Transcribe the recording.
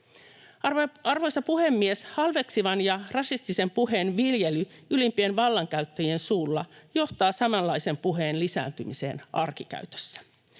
Arvoisa puhemies! Halveksivan ja rasistisen puheen viljely ylimpien vallankäyttäjien suulla johtaa samanlaisen puheen lisääntymiseen arkikäytössä.